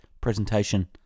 presentation